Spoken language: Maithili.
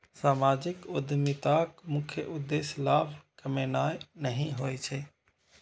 सामाजिक उद्यमिताक मुख्य उद्देश्य लाभ कमेनाय नहि होइ छै